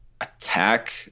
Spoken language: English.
attack